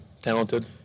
talented